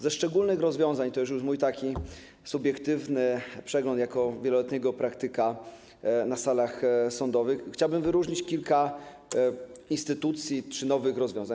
Ze szczególnych rozwiązań - to już mój taki subiektywny przegląd jako wieloletniego praktyka na salach sądowych - chciałbym wyróżnić kilka instytucji czy nowych rozwiązań.